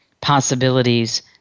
possibilities